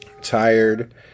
tired